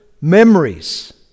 memories